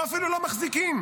פה אפילו לא מחזיקים.